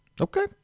Okay